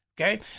Okay